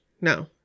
no